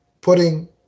putting